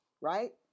Right